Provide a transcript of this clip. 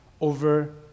over